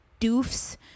doofs